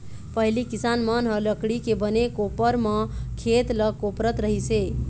पहिली किसान मन ह लकड़ी के बने कोपर म खेत ल कोपरत रहिस हे